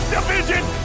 Division